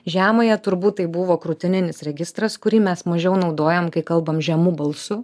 žemąją turbūt tai buvo krūtininis registras kurį mes mažiau naudojam kai kalbam žemu balsu